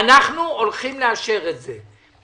אנחנו הולכים לאשר את זה.